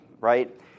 right